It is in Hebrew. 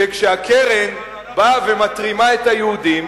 שכשהקרן באה ומתרימה את היהודים,